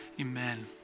amen